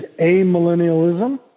amillennialism